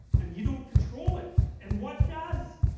and you don't control it. and what does?